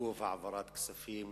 עיכוב העברת כספים,